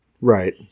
Right